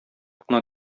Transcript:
кына